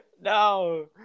No